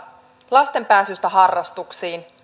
lasten pääsystä harrastuksiin